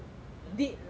did lah